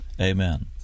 Amen